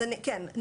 כן.